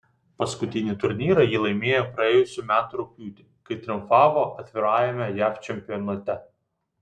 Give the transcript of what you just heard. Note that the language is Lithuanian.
paskutinį turnyrą ji laimėjo praėjusių metų rugpjūtį kai triumfavo atvirajame jav čempionate